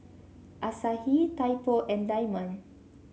Asahi Typo and Diamond